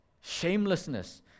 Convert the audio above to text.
Shamelessness